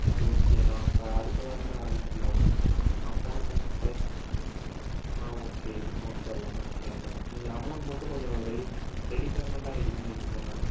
சரி ஓகே நான் அப்போ அடுத்த வாரமே ஆரமிச்சுக்கலாம் நான் போன ஆ ஓகே முடிச்சிடலாம் பிரச்சனை இல்லை நீங்கள் அமௌன்ட் மட்டும் கொஞ்சம் ரெடி ரெடி பேமெண்ட்டா ரெடி பண்ணி வச்சுக்கோங்க